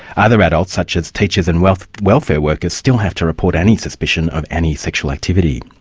other adults, such as teachers and welfare welfare workers, still have to report any suspicion of any sexual activity.